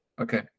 okay